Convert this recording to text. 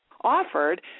offered